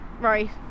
Right